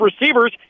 receivers